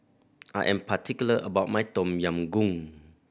I am particular about my Tom Yam Goong